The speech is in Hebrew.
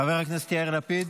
חבר הכנסת יאיר לפיד,